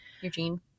Eugene